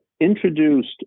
introduced